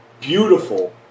beautiful